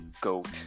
GOAT